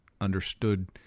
understood